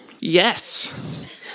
Yes